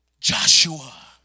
Joshua